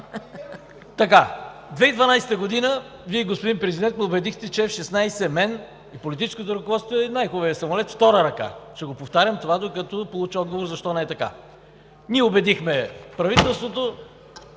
През 2012 г., Вие, господин Президент, ни убедихте – мен и политическото ръководство, че F-16 е най-хубавият самолет втора ръка – ще повтарям това, докато получа отговор защо не е така. Ние убедихме правителството